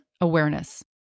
awareness